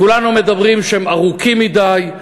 כולנו אומרים שהם ארוכים מדי,